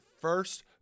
first